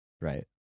Right